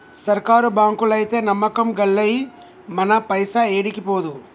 సర్కారు బాంకులైతే నమ్మకం గల్లయి, మన పైస ఏడికి పోదు